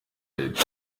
leta